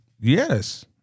Yes